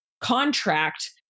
contract